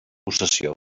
possessió